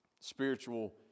spiritual